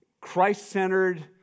Christ-centered